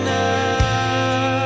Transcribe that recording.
now